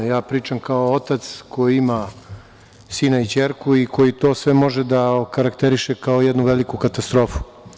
Ja pričam kao otac koji ima sina i ćerku i koji sve to može da okarakteriše kao jednu veliku katastrofu.